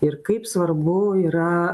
ir kaip svarbu yra